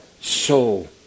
soul